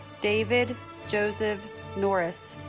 david joseph norris